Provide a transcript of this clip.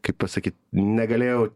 kaip pasakyt negalėjau